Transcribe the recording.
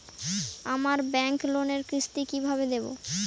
আমার ব্যাংক লোনের কিস্তি কি কিভাবে দেবো?